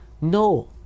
No